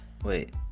Wait